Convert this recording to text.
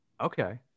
Okay